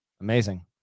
Amazing